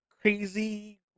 crazy